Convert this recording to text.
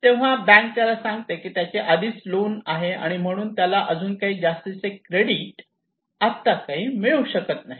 तेव्हा बँक त्याला सांगते की त्याचे आधीच लोन आहे आणि म्हणून त्याला अजून काही जास्तीचे क्रेडिट आता मिळू शकत नाही